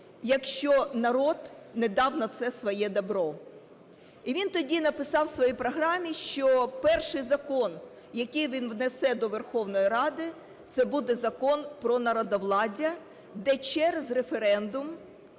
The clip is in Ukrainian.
якщо народ не дав на це своє "добро". І він тоді написав в своїй програмі, що перший закон, який він внесе до Верховної Ради, це буде Закон про народовладдя, де через референдум